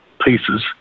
pieces